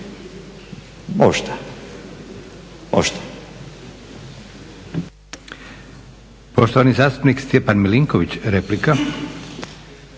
možda, možda.